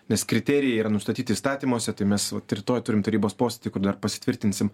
nes kriterijai yra nustatyti įstatymuose tai mes vat rytoj turim tarybos posėdį kur dar pasitvirtinsim